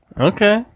Okay